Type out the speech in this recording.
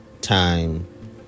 time